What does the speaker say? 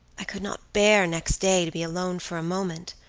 i could not bear next day to be alone for a moment.